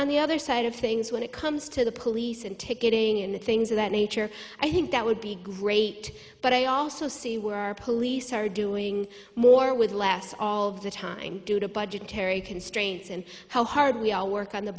on the other side of things when it comes to the police and to getting into things of that nature i think that would be great but i also see where our police are doing more with less all of the time due to by terry constraints and how hard we all work on the